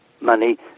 money